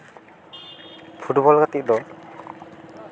football ᱜᱟᱛᱮᱜ ᱫᱚ